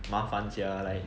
麻烦 sia like